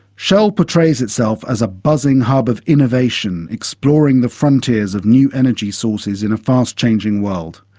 shell portrays itself as a buzzing hub of innovation, exploring the frontiers of new energy sources in a fast-changing world.